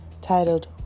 titled